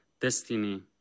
destiny